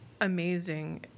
amazing